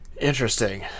Interesting